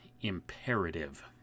imperative